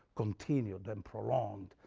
continued and prolonged,